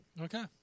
Okay